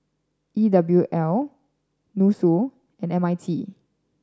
E W L NUSSU and M I T